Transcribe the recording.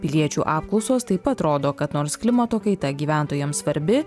piliečių apklausos taip pat rodo kad nors klimato kaita gyventojams svarbi